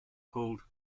called